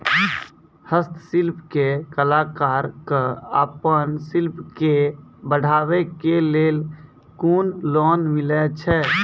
हस्तशिल्प के कलाकार कऽ आपन शिल्प के बढ़ावे के लेल कुन लोन मिलै छै?